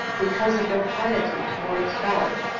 because of their piety towards god,